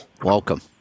welcome